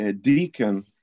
deacon